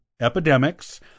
epidemics